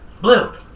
Blue